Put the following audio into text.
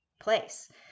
place